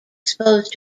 exposed